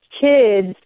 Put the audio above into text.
kids